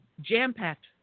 jam-packed